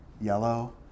yellow